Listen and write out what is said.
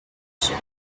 vision